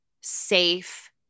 safe